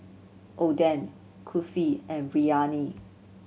Oden Kulfi and Biryani